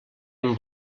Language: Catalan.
amb